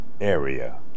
area